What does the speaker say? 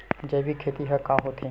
जैविक खेती ह का होथे?